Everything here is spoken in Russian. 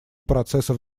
процессов